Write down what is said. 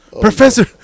Professor